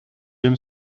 aime